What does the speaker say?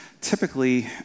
typically